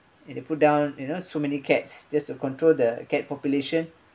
and you put down you know so many cats just to control the cat population